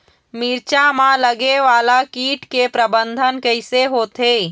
मिरचा मा लगे वाला कीट के प्रबंधन कइसे होथे?